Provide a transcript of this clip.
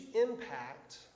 impact